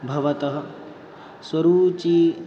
भवतः स्वरूचिः